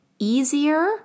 easier